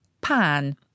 pan